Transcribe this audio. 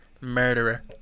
Murderer